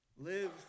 Live